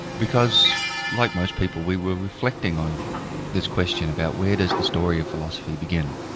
because like most people, we were reflecting on this question about where does the story of philosophy begin,